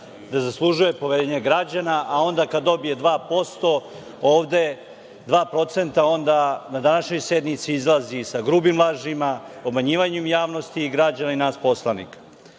da zaslužuje poverenje građana, a onda kad dobije 2% ovde, onda na današnjoj sednici izlazi sa grubim lažima, obmanjivanjem javnosti, građana i nas poslanika.